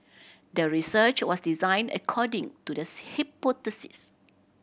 the research was designed according to the hypothesis